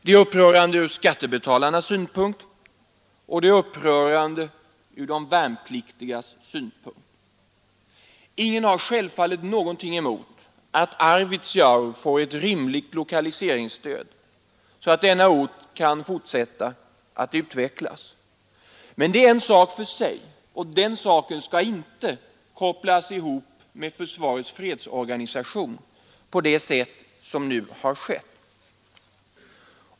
Det är upprörande från såväl skattebetalarnas som de värnpliktigas synpunkt. Ingen har självfallet någonting emot att Arvidsjaur får ett rimligt lokaliseringsstöd, så att denna ort kan fortsätta att utvecklas. Men det är en sak för sig, och den saken skall inte kopplas ihop med försvarets fredsorganisation på det sätt som nu har skett.